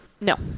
No